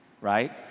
right